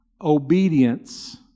obedience